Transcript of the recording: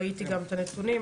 ראיתי גם את הנתונים,